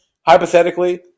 hypothetically